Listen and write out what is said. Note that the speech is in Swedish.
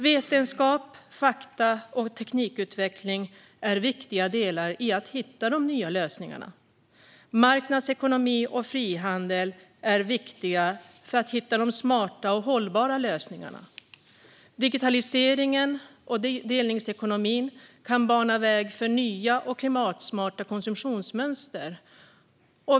Vetenskap, fakta och teknikutveckling är viktiga delar i att hitta de nya lösningarna. Marknadsekonomi och frihandel är viktiga för att hitta de smarta och hållbara lösningarna. Digitaliseringen och delningsekonomin kan bana väg för nya och klimatsmarta konsumtionsmönster.